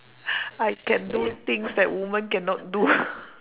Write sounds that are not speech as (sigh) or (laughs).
I can do things that woman cannot do (laughs)